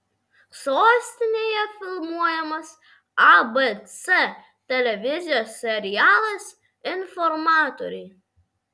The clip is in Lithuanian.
sostinėje filmuojamas abc televizijos serialas informatoriai